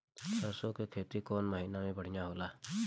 सरसों के खेती कौन महीना में बढ़िया होला?